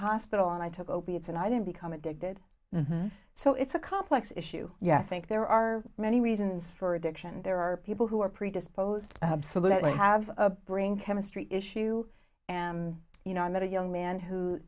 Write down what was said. hospital and i took opiates and i didn't become addicted so it's a complex issue yeah i think there are many reasons for addiction and there are people who are predisposed to let me have a brain chemistry issue and you know i met a young man who